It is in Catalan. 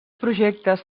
projectes